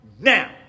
now